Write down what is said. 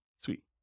Sweet